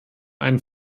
einen